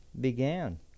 began